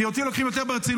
כי אותו לוקחים יותר ברצינות,